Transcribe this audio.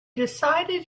decided